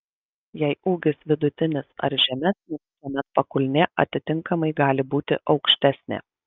jei ūgis vidutinis ar žemesnis tuomet pakulnė atitinkamai gali būti aukštesnė